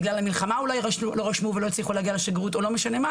בגלל המלחמה לא רשמו אותם ולא הצליחו להגיע לשגרירות או לא משנה למה